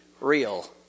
real